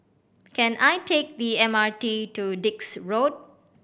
can I take the M R T to Dix Road